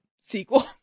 sequel